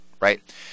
right